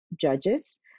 judges